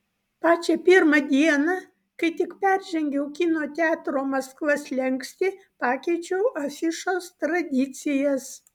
pačią pirmą dieną kai tik peržengiau kino teatro maskva slenkstį pakeičiau afišos tradicijas